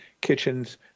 kitchens